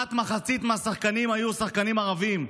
כמעט מחצית מהשחקנים היו שחקנים ערבים,